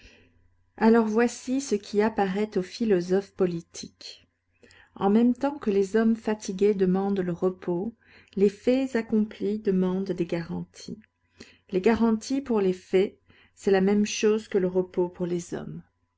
alors voici ce qui apparaît aux philosophes politiques en même temps que les hommes fatigués demandent le repos les faits accomplis demandent des garanties les garanties pour les faits c'est la même chose que le repos pour les hommes